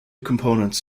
components